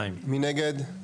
2 נגד,